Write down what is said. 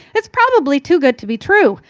it's probably too good to be true.